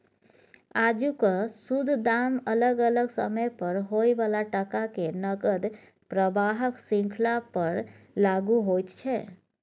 आजुक शुद्ध दाम अलग अलग समय पर होइ बला टका के नकद प्रवाहक श्रृंखला पर लागु होइत छै